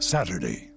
Saturday